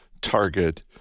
Target